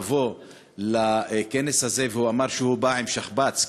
לבוא לכנס הזה ואמר שהוא בא עם שכפ"ץ,